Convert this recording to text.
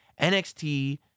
NXT